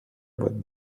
but